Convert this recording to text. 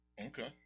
Okay